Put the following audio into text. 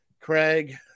Craig